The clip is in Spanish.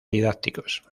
didácticos